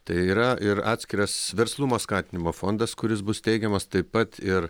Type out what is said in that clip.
tai yra ir atskiras verslumo skatinimo fondas kuris bus steigiamas taip pat ir